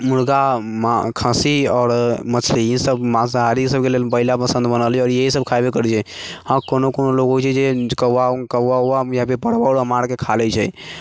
मुर्गामे खस्सी आओर मछली ई सभ माँसाहारी सभके लेल पहिल पसन्द बनल यऽ आओर इहे सभ खाइबे करै छै आओर कोनो कोनो लोग होइ छै जे कौआ कौआ औआ भी इहाँपर पड़बा उड़बा मारि के खा लै छै